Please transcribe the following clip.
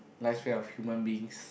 lifespan of human beings